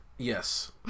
Yes